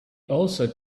also